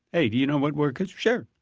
hey, do you know what work is? sure.